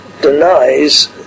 denies